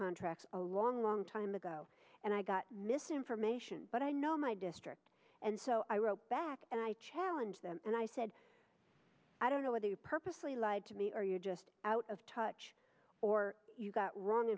contracts a long long time ago and i got misinformation but i know my district and so i wrote back and i challenge them and i said i don't know whether you purposely lied to me or you just out of touch or you got wrong